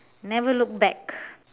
never look back